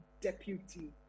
deputy